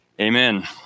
Amen